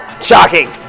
Shocking